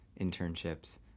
internships